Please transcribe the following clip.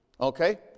Okay